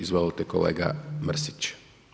Izvolite kolega Mrsić.